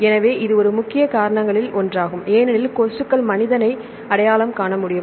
எனவே இது ஒரு முக்கிய காரணங்களில் ஒன்றாகும் ஏனெனில் கொசுக்கள் மனிதனை அடையாளம் காண முடியும்